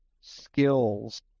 skills